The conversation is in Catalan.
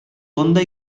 fonda